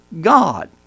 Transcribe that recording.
God